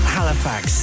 Halifax